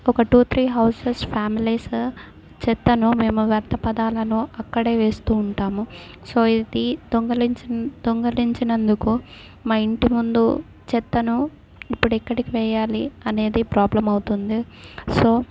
ఒక two three houses families చెత్తను మేము వ్యర్థ పదార్టాలను అక్కడ వేస్తు ఉంటాము సో ఇది దొంగలించిన దొంగలించినందుకు మా ఇంటి ముందు చెత్తను ఇప్పుడు ఎక్కడ వెేయాలి అనేది ప్రాబ్లం అవుతుంది సో